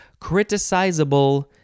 Criticizable